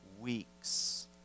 weeks